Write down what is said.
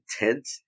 intent